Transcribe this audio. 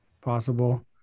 possible